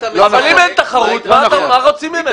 ואם אין תחרות, מה רוצים ממנה?